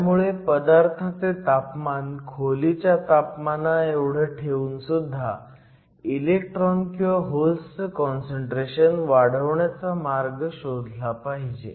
त्यामुळे पदार्थाचे तापमान खोलीच्या तापमानाएव्हढं ठेऊनसुद्धा इलेक्ट्रॉन किंवा होल्सचं काँसंट्रेशन वाढवण्याचा मार्ग शोधला पाहिजे